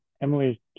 Emily